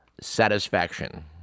Satisfaction